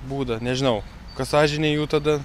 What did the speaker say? būdą nežinau kas sąžinėj jų tada